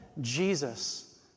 Jesus